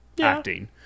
Acting